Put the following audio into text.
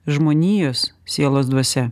žmonijos sielos dvasia